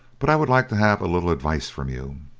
but i would like to have a little advice from you,